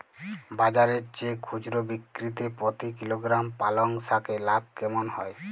বাজারের চেয়ে খুচরো বিক্রিতে প্রতি কিলোগ্রাম পালং শাকে লাভ কেমন হয়?